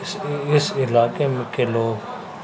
اس اس علاقے میں کے لوگ